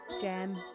jam